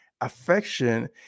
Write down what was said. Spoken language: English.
affection